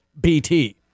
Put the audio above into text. BT